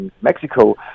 Mexico